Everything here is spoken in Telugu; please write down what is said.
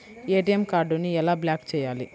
ఏ.టీ.ఎం కార్డుని ఎలా బ్లాక్ చేయాలి?